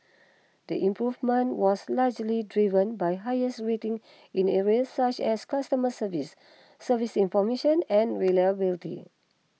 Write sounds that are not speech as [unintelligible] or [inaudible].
the improvement was largely driven by higher [unintelligible] ratings in areas such as customer service servicing information and reliability